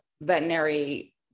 veterinary